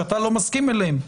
שאתה לא מסכים אליהן,